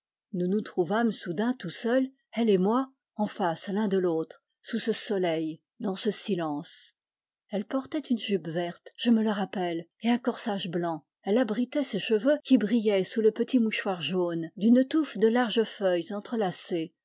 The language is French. nous nous trouvâmes soudain tout seuls elle et moi en face l'un de l'autre sous ce soleil dans ce silence elle portait une jupe verte je me le rappelle et un corsage blanc elle abritait ses cheveux qui brillaient sous le petit mouchoir jaune d'une touffe de laiges feuilles entrelacées